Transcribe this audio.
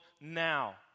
now